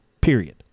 period